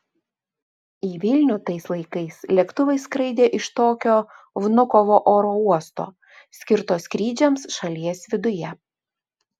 į vilnių tais laikais lėktuvai skraidė iš tokio vnukovo oro uosto skirto skrydžiams šalies viduje